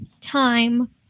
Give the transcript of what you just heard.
time